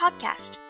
podcast